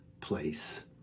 place